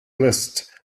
list